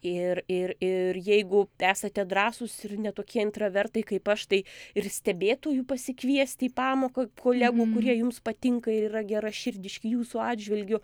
ir ir ir jeigu esate drąsūs ir ne tokie intravertai kaip aš tai ir stebėtojų pasikviesti į pamoką kolegų kurie jums patinka ir yra geraširdiški jūsų atžvilgiu